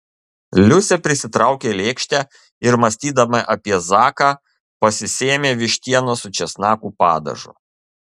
liusė prisitraukė lėkštę ir mąstydama apie zaką pasisėmė vištienos su česnakų padažu